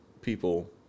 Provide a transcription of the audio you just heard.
people